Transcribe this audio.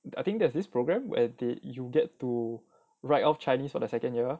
I think there's this program where you get to write off chinese for the second year